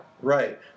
right